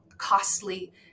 costly